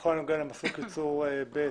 בכל הנוגע למסלול קיצור ב'